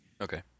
Okay